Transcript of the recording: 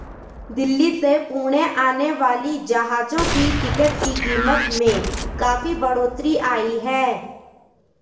दिल्ली से पुणे आने वाली जहाजों की टिकट की कीमत में काफी बढ़ोतरी आई है